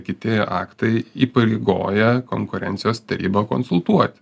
kiti aktai įpareigoja konkurencijos tarybą konsultuot